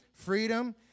Freedom